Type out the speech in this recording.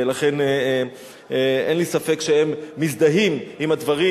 לכן אין לי ספק שהם מזדהים עם הדברים